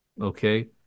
okay